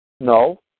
No